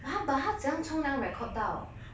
but 他 but 他怎样冲凉 record 到